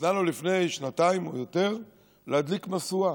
נתנה לו לפני שנתיים או יותר להדליק משואה.